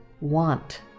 want